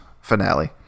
finale